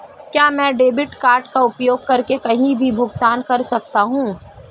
क्या मैं debit card का उपयोग करके कहीं भी भुगतान कर सकता हूं?